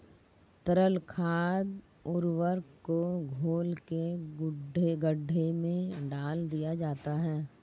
तरल खाद उर्वरक को घोल के गड्ढे में डाल दिया जाता है